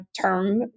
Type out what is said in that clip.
term